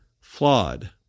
flawed